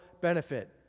benefit